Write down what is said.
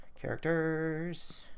Characters